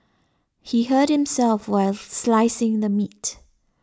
he hurt himself while slicing the meat